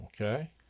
Okay